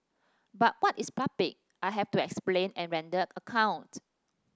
but what is public I have to explain and render account